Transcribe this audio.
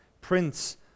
Prince